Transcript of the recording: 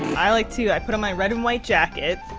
i like to, i put on my red and white jacket,